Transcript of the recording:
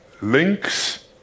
links